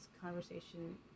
conversation